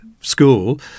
school